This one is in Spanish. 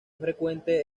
frecuente